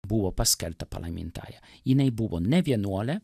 buvo paskelbta palaimintąja jinai buvo ne vienuolė